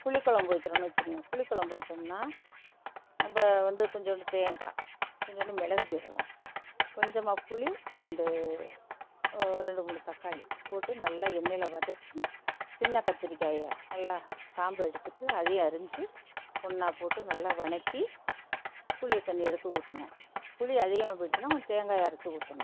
புளிக் குழம்பு வைக்கிறோன்னு வச்சுக்கங்க புளிக்குழம்பு வச்சம்ன்னா நம்ம வந்து கொஞ்சோண்டு தேங்காய் கொஞ்சோண்டு மிளகு ஜீரகம் கொஞ்சமாக புளி ரெண்டு ஒரு ரெண்டு மூணு தக்காளி போட்டு நல்லா எண்ணெயில் வதக்கி சின்ன கத்திரிக்காயை நல்லா காம்பை எடுத்துட்டு அதையும் அரிஞ்சு ஒன்றா போட்டு நல்லா வதக்கி புளித்தண்ணியை எடுத்து ஊற்றணும் புளி அதிகமாக போயிடுச்சின்னா தேங்காயை அரைத்து ஊற்றணும்